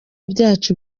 byacu